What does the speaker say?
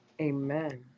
amen